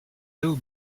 low